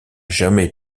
jamais